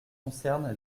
concerne